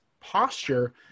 posture